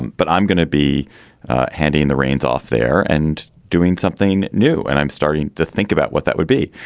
but i'm gonna be handing the reins off there and doing something new and i'm starting to think about what that would be.